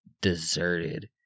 deserted